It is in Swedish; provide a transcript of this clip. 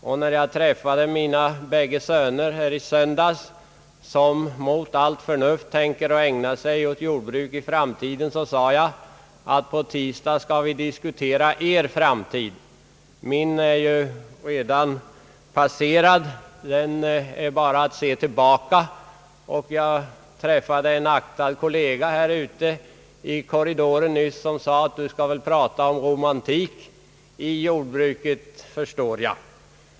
När jag i söndags träffade mina båda söner, vilka mot allt förnuft tänker ägna sig åt jordbruk, sade jag till dem: På tisdag skall vi diskutera er framtid i riksdagen — min är ju redan passerad, jag har bara att se tillbaka. Jag träffade en aktad kollega i korridoren nyss som yttrade, att du skall väl prata om romantik i jordbruket, förstår jag.